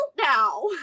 now